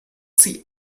sie